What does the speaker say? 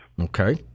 Okay